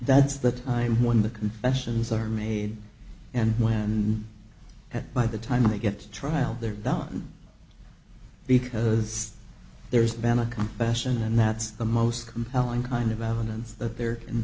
that's the time when the confessions are made and when and by the time he gets to trial they're done because there's been a confession and that's the most compelling kind of evidence that there can